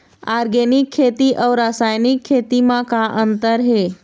Organic खेती अउ रासायनिक खेती म का अंतर हे?